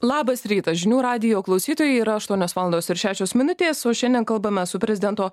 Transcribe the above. labas rytas žinių radijo klausytojai yra aštuonios valandos ir šešios minutės o šiandien kalbame su prezidento